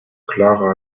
clara